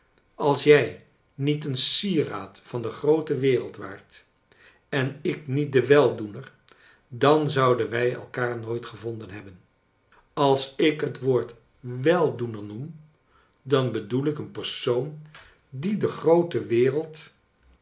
als jij niet een sieraad van de groote wereld waart en ik niet de weldoener dan zouden wij elkaar nooit gevonden hebben als ik het woord weldoener noern dan bedoel ik een persoon die de groote wereld